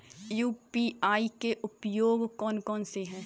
UPI के उपयोग कौन कौन से हैं?